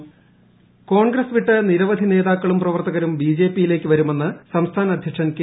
സുരേന്ദ്രൻ കോൺഗ്രസ് വിട്ട് നിരവധി നേതാക്കളും പ്രവർത്തകരും ബിജെപി യിലേക്ക് വരുമെന്ന് സംസ്ഥാന അധ്യക്ഷൻ കെ